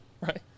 Right